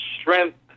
strength